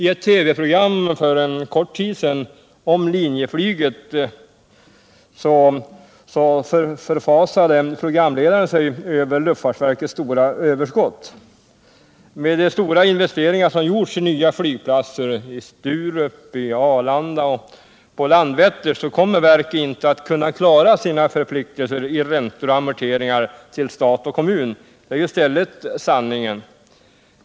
I ett TV-program för kort tid sedan om linjeflyget förfasade sig program ledaren över luftfartsverkets stora överskott. Med de stora investeringar som gjorts i nya flygplatser på Sturup, Arlanda och Landvetter kommer verket inte att kunna klara sina förpliktelser när det gäller räntor och amorteringar till stat och kommun — det är i stället sanningen.